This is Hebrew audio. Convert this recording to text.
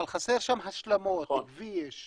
אבל חסר שם השלמות, כביש.